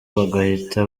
bagahita